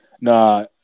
Nah